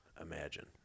imagine